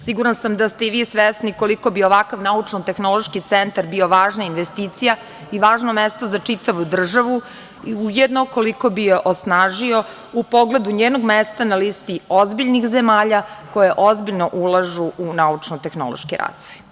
Sigurno sam da i ste i vi svesni koliko bi ovakav naučno-tehnološki centar bio važna investicija i važno mesto za čitavu državu, ujedno koliko bi je osnažio u pogledu njenog mesta na listi ozbiljnih zemalja koje ozbiljno ulažu u naučno-tehnološki razvoj.